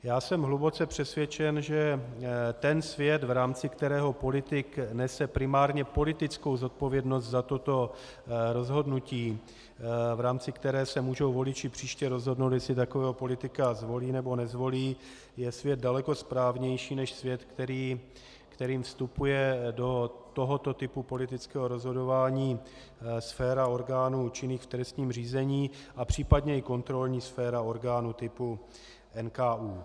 Já jsem hluboce přesvědčen, že ten svět, v rámci kterého politik nese primárně politickou zodpovědnost za toto rozhodnutí, v rámci kterého se voliči můžou příště rozhodnout, jestli takového politika zvolí, nebo nezvolí, je svět daleko správnější než svět, kterým vstupuje do tohoto typu politického rozhodování sféra orgánů činných v trestním řízení a případně i kontrolní sféra orgánů typu NKÚ.